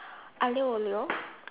Aglio-Olio